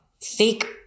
fake